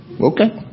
Okay